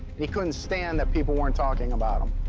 he couldn't stand that people weren't talking about him.